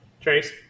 Trace